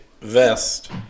vest